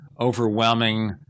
overwhelming